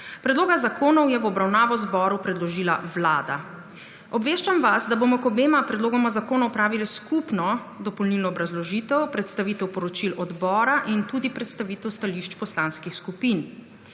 Predloga zakonov je v obravnavo zboru predložila Vlada. Obveščam vas, da bomo k obema predlogoma zakona opravili skupno dopolnilno obrazložitev, predstavitev poročil odbora in tudi predstavitev stališč poslanskih skupin.